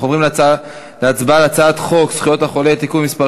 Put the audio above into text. אנחנו עוברים להצבעה על הצעת חוק זכויות החולה (תיקון מס'